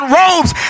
robes